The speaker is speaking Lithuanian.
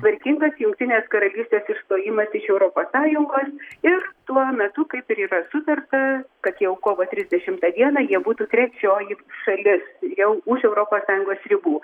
tvarkingas jungtinės karalystės išstojimas iš europos sąjungos ir tuo metu kaip ir yra sutarta kad jau kovo trisdešimtą dieną jie būtų trečioji šalis jau už europos sąjungos ribų